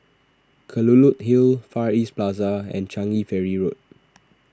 Kelulut Hill Far East Plaza and Changi Ferry Road